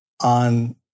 on